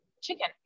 chicken